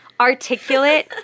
articulate